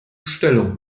stellung